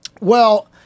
Well-